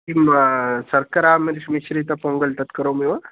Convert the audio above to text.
किं शर्करामि मिश्रित पोङ्गल् तत् करोमि वा